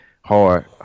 hard